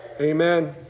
Amen